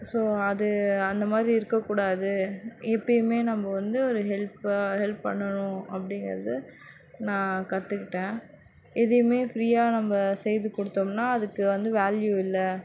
so அது அந்த மாதிரி இருக்க கூடாது எப்பேயுமே நம்ம வந்து ஒரு ஹெல்ப்பாக ஹெல்ப் பண்ணணும் அப்படிங்கிறத நான் கற்றுக்கிட்டேன் எதையுமே ஃப்ரீயாக நம்ம செய்து கொடுத்தோம்னா அதுக்கு வந்து வேல்யூ இல்லை